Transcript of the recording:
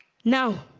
now